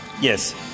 Yes